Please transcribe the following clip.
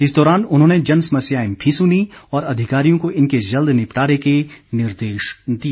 इस दौरान उन्होंने जन समस्याएं भी सुनीं और अधिकारियों को इनके जल्द निपटारे के निर्देश दिए